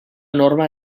norma